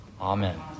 Amen